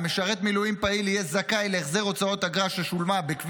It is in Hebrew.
משרת מילואים פעיל יהיה זכאי להחזר הוצאות אגרה ששולמה בכביש